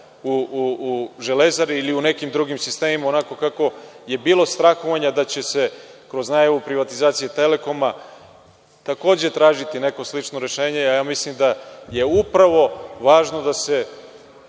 u „Železari“ ili u nekim drugim sistemima, onako kako je bilo strahovanja da će se kroz najavu privatizacije „Telekoma“ takođe tražiti neko slično rešenje, a ja mislim da je upravo važno da se